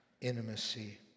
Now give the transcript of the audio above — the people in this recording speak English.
intimacy